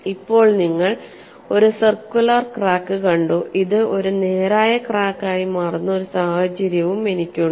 ഇപ്പോൾ നിങ്ങൾ ഒരു സർക്കുലർ ക്രാക്ക് കണ്ടു ഇത് ഒരു നേരായ ക്രാക്ക് ആയി മാറുന്ന ഒരു സാഹചര്യവും എനിക്കുണ്ട്